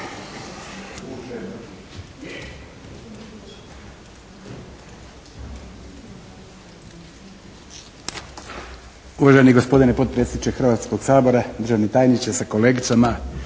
Uvaženi gospodine potpredsjedniče Hrvatskog sabora, državni tajniče sa kolegicama